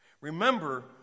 Remember